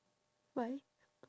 why